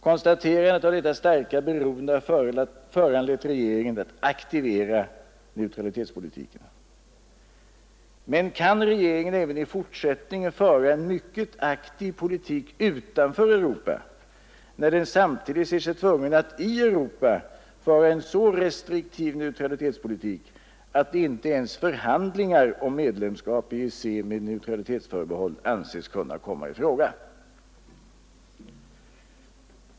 Konstaterandet av detta starka beroende har föranlett regeringen att aktivera neutralitetspolitiken. Men kan regeringen även i framtiden föra en mycket aktiv politik utanför Europa, när den samtidigt ser sig tvungen att i Europa föra en så restriktiv neutralitetspolitik att inte ens förhandlingar om medlemskap i EEC med neutralitetsförbehåll anses kunna komma i fråga?